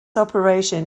operation